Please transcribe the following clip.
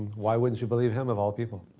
why wouldn't you believe him of all people?